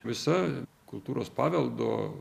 visa kultūros paveldo